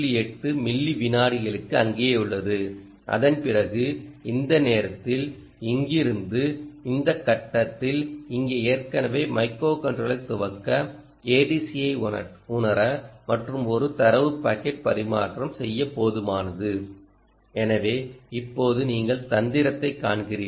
8 milli விநாடிகளுக்கு அங்கேயே உள்ளது அதன்பிறகு இந்த நேரத்தில் இங்கிருந்து இந்த கட்டத்தில் இங்கே ஏற்கனவே மைக்ரோகண்ட்ரோலரை துவக்க ADC ஐ உணர மற்றும் ஒரு தரவு பாக்கெட் பரிமாற்றம் செய்ய போதுமானது எனவே இப்போது நீங்கள் தந்திரத்தைக் காண்கிறீர்கள்